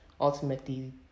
ultimately